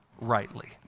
Rightly